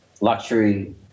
luxury